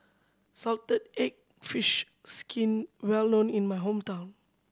salted egg fish skin well known in my hometown